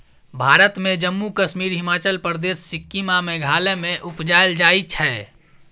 भारत मे जम्मु कश्मीर, हिमाचल प्रदेश, सिक्किम आ मेघालय मे उपजाएल जाइ छै